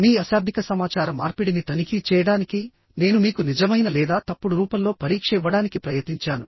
మీ అశాబ్దిక సమాచార మార్పిడిని తనిఖీ చేయడానికి నేను మీకు నిజమైన లేదా తప్పుడు రూపంలో పరీక్ష ఇవ్వడానికి ప్రయత్నించాను